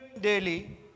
daily